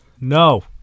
No